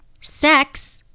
Sex